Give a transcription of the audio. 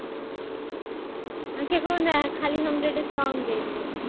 हूँ हऽ ककरो नहि खाली हमरे डिस्काउन्ट दऽ दिअ